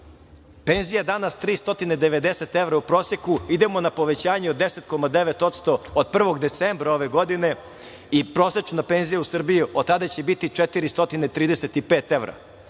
Penzija je danas 390 evra u proseku i idemo na povećanje od 10,9% od 1. decembra ove godine i prosečna penzija u Srbiji od tada će biti 435 evra.